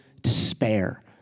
despair